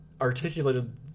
articulated